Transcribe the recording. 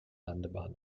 landebahn